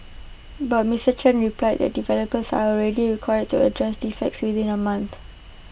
but Mister Chen replied that developers are already required to address defects within A month